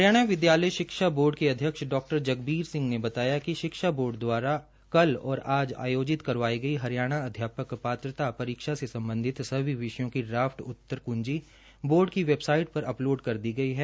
हरियाणा विदयालय शिक्षा बोर्ड के अध्यक्ष डॉ जगबीर सिंह ने बताया है कि शिक्षा बोर्ड द्वारा कल और आज आयोजित करवाई गई हरियाणा अध्यापक पात्रता परीक्षा से सम्बधित सभी विषयों की ड्राफ्ट उत्तर कृंजी बोर्ड की वेबसाइट पर अपलोड कर दी गई है